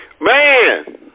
Man